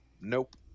nope